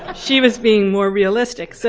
ah she was being more realistic. so